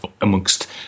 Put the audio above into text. amongst